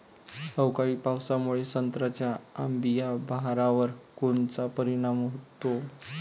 अवकाळी पावसामुळे संत्र्याच्या अंबीया बहारावर कोनचा परिणाम होतो?